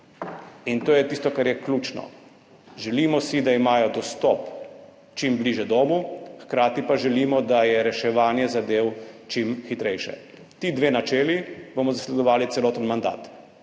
in to je tisto, kar je ključno. Želimo si, da imajo dostop čim bližje domu, hkrati pa želimo, da je reševanje zadev čim hitrejše. Ti dve načeli bomo zasledovali celoten mandat.